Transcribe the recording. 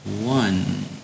One